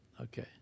Okay